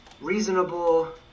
reasonable